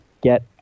get